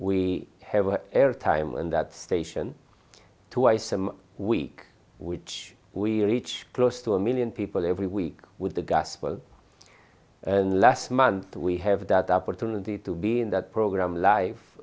we have air time and that station twice a week which we reach close to a million people every week with the gospel and last month we have that opportunity to be in that program